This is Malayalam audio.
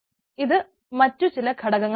ഇത് മറ്റു ചില ഘടകങ്ങൾ ആണ്